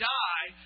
die